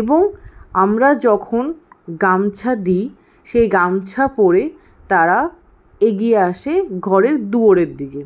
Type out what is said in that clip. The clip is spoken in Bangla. এবং আমরা যখন গামছা দিই সেই গামছা পরে তারা এগিয়ে আসে ঘরের দুয়োরের দিকে